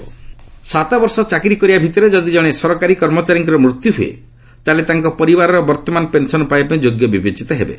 ଗଭ୍ pension ସାତ ବର୍ଷ ଚାକିରି କରିବା ଭିତରେ ଯଦି ଜଣେ ସରକାରୀ କର୍ମଚାରୀଙ୍କର ମୃତ୍ୟୁ ହୁଏ ତାହେଲେ ତାଙ୍କର ପରିବାର ବର୍ତ୍ତମାନ ପେନ୍ସନ୍ ପାଇବା ପାଇଁ ଯୋଗ୍ୟ ବିବେଚିତ ହେବେ